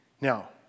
Now